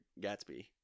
Gatsby